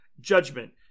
judgment